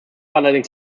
allerdings